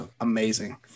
amazing